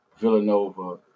Villanova